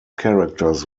characters